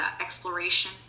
exploration